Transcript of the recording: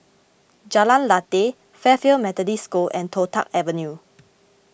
Jalan Lateh Fairfield Methodist School and Toh Tuck Avenue